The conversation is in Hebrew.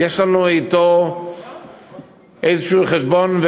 יש לנו אתו איזה חשבון,